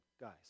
guys